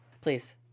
please